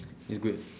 okay good